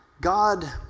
God